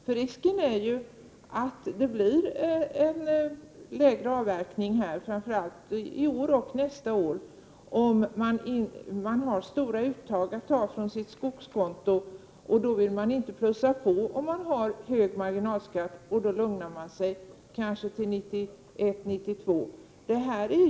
Det finns annars risk för att avverkningen blir lägre framför allt i år och nästa år. Har man stora uttag att ta från sitt skogskonto vill man inte plussa på, om man har hög marginalskatt. Då lugnar man sig kanske till 1991 eller 1992 med att avverka.